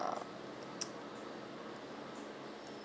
ah